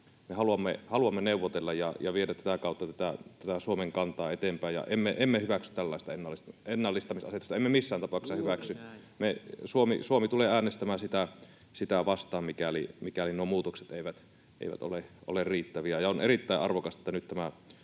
haluamme neuvotella ja viedä tätä kautta tätä Suomen kantaa eteenpäin. Emme hyväksy tällaista ennallistamisasetusta, emme missään tapauksessa hyväksy. Suomi tulee äänestämään sitä vastaan, mikäli nuo muutokset eivät ole riittäviä. On erittäin arvokasta, että